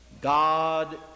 God